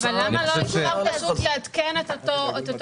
אבל למה לא לעדכן את אותו חוק?